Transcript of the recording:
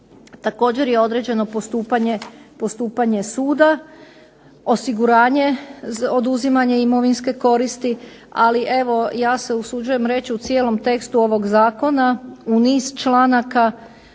Također je određeno postupanje suda, osiguranje oduzimanje imovinske koristi, ali evo ja se usuđujem reći u cijelom tekstu ovog zakona, u niz članaka